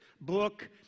book